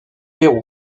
pérou